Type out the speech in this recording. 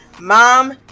mom